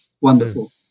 Wonderful